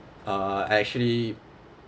uh I actually